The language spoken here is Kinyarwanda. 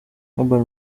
urban